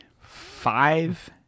five